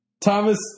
Thomas